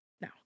no